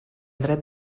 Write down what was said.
dret